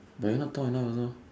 but you're not tall enough also